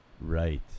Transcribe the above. Right